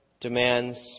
demands